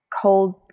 cold